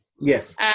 Yes